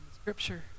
scripture